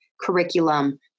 curriculum